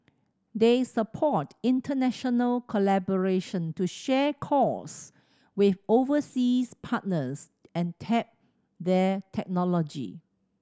they support international collaboration to share costs with overseas partners and tap their technology